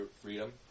freedom